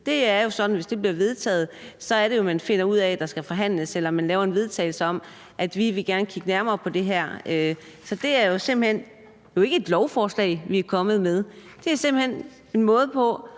Det er jo sådan, at hvis det bliver vedtaget, så finder man ud af, om der skal forhandles eller man laver et forslag til vedtagelse om, at man gerne vil kigge nærmere på det her. Så det er jo ikke et lovforslag, vi er kommet med; det er simpelt hen en måde til